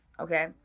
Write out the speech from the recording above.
okay